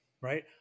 right